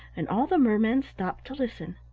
and all the mermen stopped to listen.